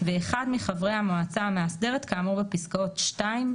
ואחד מחברי המועצה המאסדרת כאמור בפסקאות (2),